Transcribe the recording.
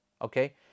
okay